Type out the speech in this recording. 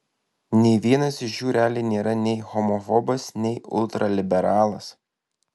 nei vienas iš jų realiai nėra nei homofobas nei ultraliberalas